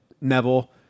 Neville